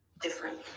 Different